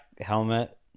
helmet